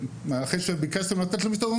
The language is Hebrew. אחרי שביקשתם לתת למשטרה,